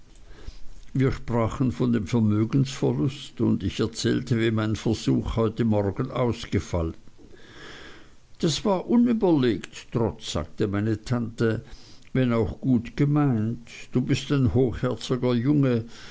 wir sprachen von dem vermögensverlust und ich erzählte wie mein versuch heute morgens ausgefallen das war unüberlegt trot sagte meine tante wenn auch gut gemeint du bist ein hochherziger junge